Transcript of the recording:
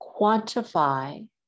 quantify